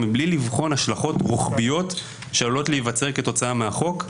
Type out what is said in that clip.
מבלי לבחון השלכות רוחביות שעלולות להיווצר כתוצאה מהחוק.